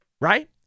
Right